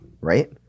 right